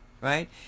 right